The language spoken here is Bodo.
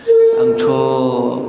आंथ'